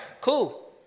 cool